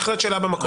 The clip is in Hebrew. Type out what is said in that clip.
בהחלט שאלה במקום.